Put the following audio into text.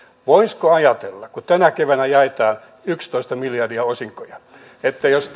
voisiko ajatella kun tänä keväänä jaetaan yksitoista miljardia osinkoja että jos